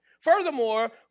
Furthermore